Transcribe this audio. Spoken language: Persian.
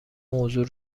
موضوع